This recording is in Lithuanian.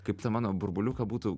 kaip ta mano burbuliuką būtų